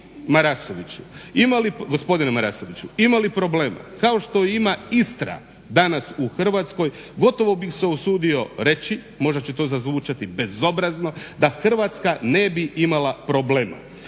Marasoviću imali problema kao što ima Istra danas u Hrvatskoj gotovo bih se usudio reći, možda će to zazvučati bezobrazno, da Hrvatska ne bi imala problema.